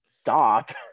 stop